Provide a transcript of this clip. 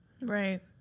Right